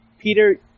Peter